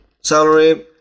Salary